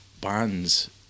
bands